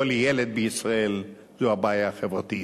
כל ילד בישראל, זו הבעיה החברתית.